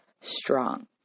strong